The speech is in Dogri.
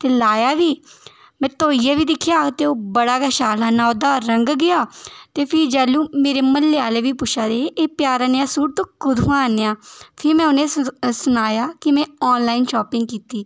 ते लाया बी में धोइयै बी दिक्खेआ ते ओह् बड़ा गै शैल हा नां ओह्दा रंग गेआ ते फ्ही जेह्ल्लूं मेरे म्हल्ले आह्ले बी पुच्छै दे हे एह् प्यारा नेहा सूट तूं कुत्थुआं आह्न्नेआ फ्ही में उ'नें ई स सनाया कि में आनलाइन शापिंग कीती